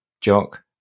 Jock